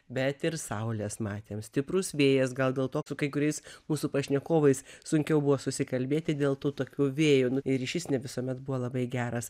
bet ir saulės matėm stiprus vėjas gal dėl to su kai kuriais mūsų pašnekovais sunkiau buvo susikalbėti dėl tų tokių vėjų ir ryšys ne visuomet buvo labai geras